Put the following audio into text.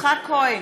יצחק כהן,